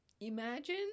imagine